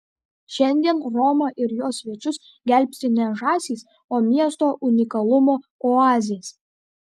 šiandien romą ir jos svečius gelbsti ne žąsys o miesto unikalumo oazės